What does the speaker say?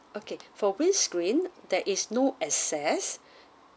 okay for windscreen there is no access